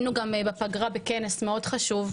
בפגרה היינו בכנס חשוב מאוד